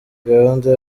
gahunda